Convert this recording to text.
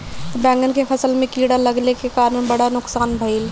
बैंगन के फसल में कीड़ा लगले के कारण बड़ा नुकसान भइल